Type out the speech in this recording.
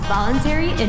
Voluntary